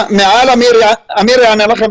מה מעל, אמיר יענה לכם.